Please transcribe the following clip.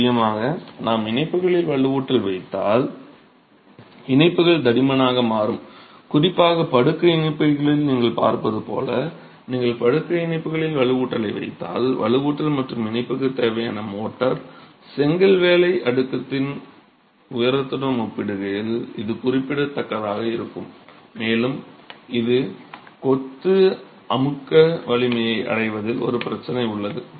நிச்சயமாக நாம் இணைப்புகளில் வலுவூட்டல் வைத்தால் இணைப்புகள் தடிமனாக மாறும் குறிப்பாக படுக்கை இணைப்புகளில் நீங்கள் பார்ப்பது போல் நீங்கள் படுக்கை இணைப்புகளில் வலுவூட்டலை வைத்தால் வலுவூட்டல் மற்றும் இணைப்புக்கு தேவையான மோர்ட்டார் செங்கல் வேலை அடுக்கின் உயரத்துடன் ஒப்பிடுகையில் இது குறிப்பிடத்தக்கதாக இருக்கும் மேலும் இது கொத்து அமுக்க வலிமையை அடைவதில் ஒரு பிரச்சனை உள்ளது